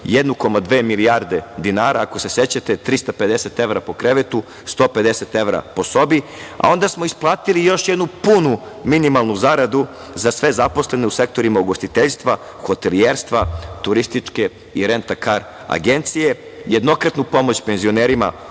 1,2 milijarde dinara, ako se sećate, 350 evra po krevetu, 150 evra po sobi, a onda smo isplatili još jednu punu minimalnu zaradu za sve zaposlene u sektorima ugostiteljstva, hotelijerstva, turističke i rentakar agencije, jednokratnu pomoć penzionerima od